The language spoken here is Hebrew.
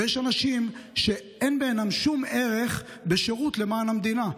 ויש אנשים שאין בעיניהם שום ערך בשירות למען המדינה.